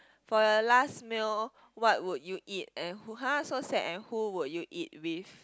for last meal what would you eat and who har so sad and who would you eat with